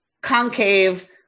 concave